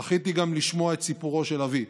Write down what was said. זכיתי גם לשמוע את סיפורו של אבי,